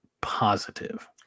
positive